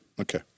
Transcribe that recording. Okay